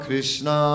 Krishna